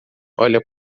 olha